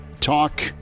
talk